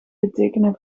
betekenen